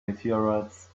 meteorites